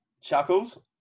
Chuckles